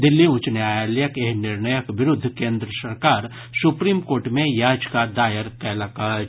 दिल्ली उच्च न्यायालयक एहि निर्णयक विरूद्ध केन्द्र सरकार सुप्रीम कोर्ट मे याचिका दायर कयलक अछि